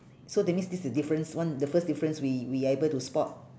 so that means this is the difference one the first difference we we are able to spot